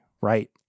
right